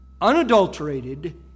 unadulterated